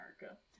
America